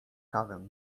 kawę